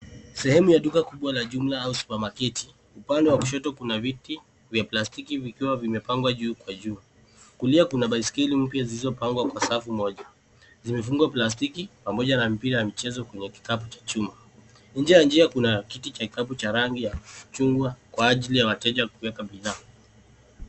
Sehemu ya duka kubwa la juma au supamaketi. Upande wa kushoto kuna viti vya plastiki vikiwa vimepangwa juu kwa juu. Kulia kuna baiskeli mpya zilizopangwa kwa safu moja. Zimefungwa plastiki pamoja na mipira ya michezo kwenye kikapu cha chuma. Nje ya njia kuna kiti cha kikapu cha chungwa kwa ajili ya wateja kueka bidhaa.